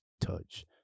touch